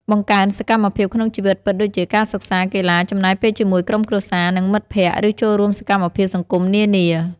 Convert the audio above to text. បង្កើនសកម្មភាពក្នុងជីវិតពិតដូចជា ការសិក្សា កីឡា ចំណាយពេលជាមួយក្រុមគ្រួសារ និងមិត្តភក្តិ ឬចូលរួមសកម្មភាពសង្គមនានា។